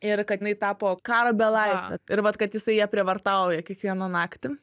ir kad jinai tapo karo belaisve ir vat kad jisai ją prievartauja kiekvieną naktį